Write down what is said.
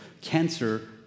cancer